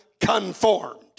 conformed